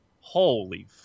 holy